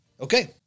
Okay